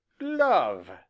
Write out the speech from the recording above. love!